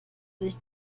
sich